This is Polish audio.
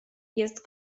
jest